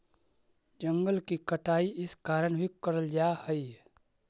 जंगल की कटाई इस कारण भी करल जा हई